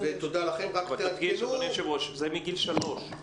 אדוני היושב-ראש, זה מגיל שלוש.